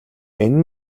энэ